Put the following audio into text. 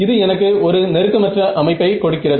இது எனக்கு ஒரு நெருக்கமற்ற அமைப்பை கொடுக்கிறது